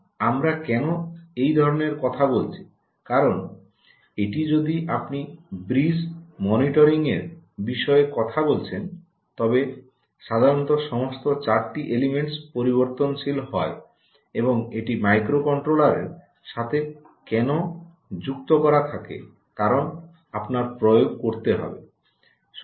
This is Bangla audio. এবং আমরা কেন এই ধরনের কথা বলছি কারণ এটি যদি আপনি ব্রিজ মনিটরিংয়ের বিষয়ে কথা বলছেন তবে সাধারণত সমস্ত 4 টি এলিমেন্টস পরিবর্তনশীল হয় এবং এটি মাইক্রোকন্ট্রোলারের সাথে কেন সংযুক্ত করা থাকে কারণ আপনার প্রয়োগ করতে হবে